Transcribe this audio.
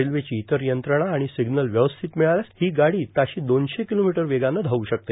रेल्वेची इतर यंत्रणा आर्ाण र्सम्नल व्यवस्थित ामळाल्यास हो गाडी ताशी दोनशे ांकलोमीटर वेगानं धावू शकते